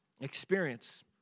experience